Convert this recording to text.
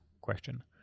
question